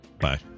Bye